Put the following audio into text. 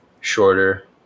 shorter